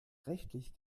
rechtlich